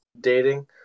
dating